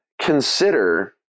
consider